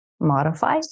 modify